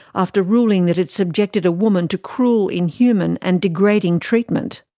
after ruling that it subjected a woman to cruel, inhuman and degrading treatment.